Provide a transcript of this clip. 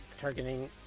targeting